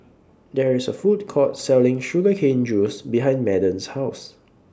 There IS A Food Court Selling Sugar Cane Juice behind Madden's House